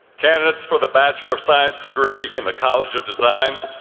candidates for the bachelor of science degree in the college of design,